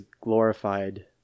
glorified